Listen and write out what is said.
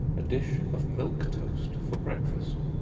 a dish of milk toast for breakfast.